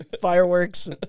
fireworks